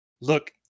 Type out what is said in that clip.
Look